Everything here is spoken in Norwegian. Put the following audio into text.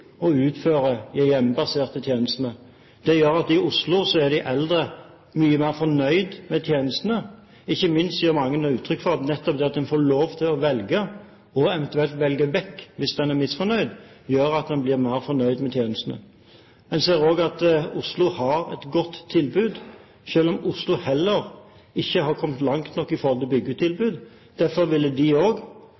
og utføre de hjemmebaserte tjenestene. Det gjør at de eldre i Oslo er mye mer fornøyd med tjenestene. Ikke minst gir mange uttrykk for at nettopp det at de får lov til å velge, og eventuelt velge vekk hvis de er misfornøyd, gjør at de blir mer fornøyd med tjenestene. En ser også at Oslo har et godt tilbud, selv om Oslo heller ikke har kommet langt nok i forhold til